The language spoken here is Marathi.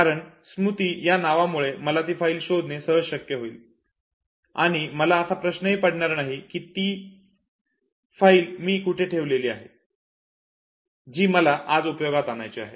कारण स्मृती या नावामुळे मला ती फाईल शोधणे सहज शक्य होईल आणि मला असा प्रश्नही पडणार नाही की मी ती फाईल कुठे ठेवलेली आहे जी मला आज उपयोगात आणायची आहे